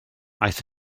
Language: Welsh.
aeth